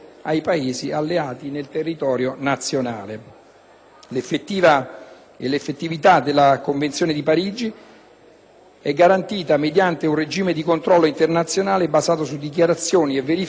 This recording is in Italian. è garantita mediante un regime di controllo internazionale basato su dichiarazioni e verifiche sul territorio; in particolare, la Convenzione introduce «ispezioni di *routine*» e «ispezioni su sfida»,